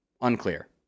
unclear